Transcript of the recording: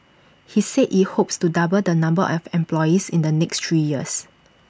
he said IT hopes to double the number of employees in the next three years